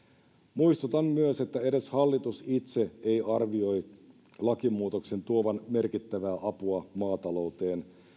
muistutan myös että edes hallitus itse ei arvioi lakimuutoksen tuovan merkittävää apua maatalouteen